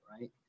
right